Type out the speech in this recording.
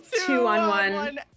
two-on-one